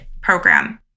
program